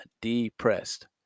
Depressed